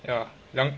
ya 两